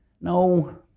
No